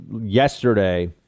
yesterday